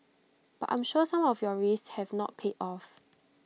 but I'm sure some of your risks have not paid off